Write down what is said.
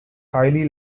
highly